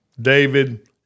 David